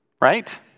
right